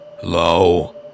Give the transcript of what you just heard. Hello